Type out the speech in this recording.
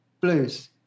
Blues